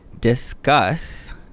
discuss